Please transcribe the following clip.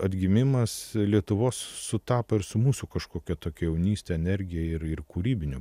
atgimimas lietuvos sutapo ir su mūsų kažkokia tokia jaunyste energija irir kūrybiniu pakilimu